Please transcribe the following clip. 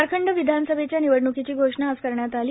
झारखंड विधानसभेच्या निवडण्कीची घोषणा आज करण्यात आली